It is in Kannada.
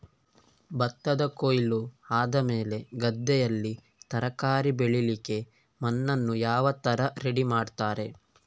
ಭತ್ತದ ಕೊಯ್ಲು ಆದಮೇಲೆ ಗದ್ದೆಯಲ್ಲಿ ತರಕಾರಿ ಬೆಳಿಲಿಕ್ಕೆ ಮಣ್ಣನ್ನು ಯಾವ ತರ ರೆಡಿ ಮಾಡ್ತಾರೆ?